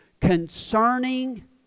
concerning